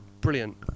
brilliant